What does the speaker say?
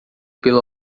pelo